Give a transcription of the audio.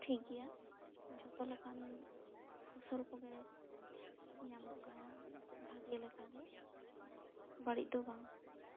ᱴᱷᱤᱠ ᱜᱮᱭᱟ ᱡᱷᱚᱛᱚ ᱞᱮᱠᱟᱱ ᱯᱷᱚᱥᱚᱞ ᱠᱚᱜᱮ ᱧᱟᱢᱚᱜ ᱠᱟᱱᱟ ᱵᱷᱟᱜᱮ ᱞᱮᱠᱟ ᱜᱮ ᱵᱟᱹᱲᱤᱡ ᱫᱚ ᱵᱟᱝ